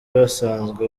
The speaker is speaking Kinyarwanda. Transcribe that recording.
basanzwe